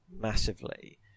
massively